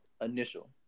initial